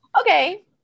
Okay